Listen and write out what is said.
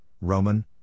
Roman